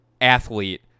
athlete